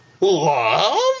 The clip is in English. love